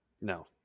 No